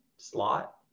slot